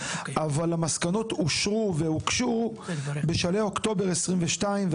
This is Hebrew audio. אבל המסקנות אושרו והוגשו בשלהי אוקטובר 2022,